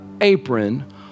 apron